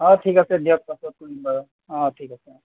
অঁ ঠিক আছে দিয়ক পাছত কৰিম বাৰু অঁ ঠিক আছে অঁ